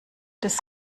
des